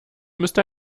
müsste